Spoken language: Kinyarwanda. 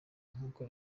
nk’uko